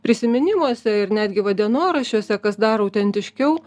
prisiminimuose ir netgi va dienoraščiuose kas dar autentiškiau